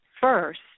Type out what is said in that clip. first